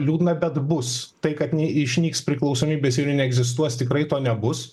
liūdna bet bus tai kad neišnyks priklausomybės ir neegzistuos tikrai to nebus